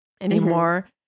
anymore